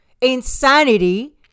insanity